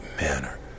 manner